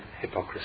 hypocrisy